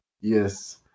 Yes